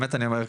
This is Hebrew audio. באמת אני אומר,